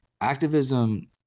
activism